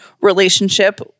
relationship